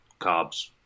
carbs